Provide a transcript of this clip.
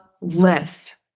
list